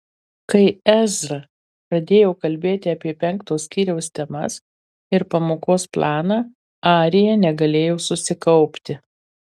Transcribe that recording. kai ezra pradėjo kalbėti apie penkto skyriaus temas ir pamokos planą arija negalėjo susikaupti